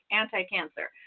anti-cancer